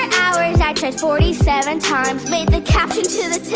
hours, i tried forty-seven times made the caption to